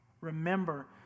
remember